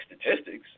statistics